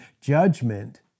judgment